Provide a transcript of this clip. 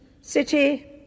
city